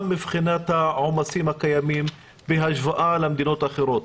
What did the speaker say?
בהם גם מבחינת העומסים הקיימים בהשוואה למדינות אחרות,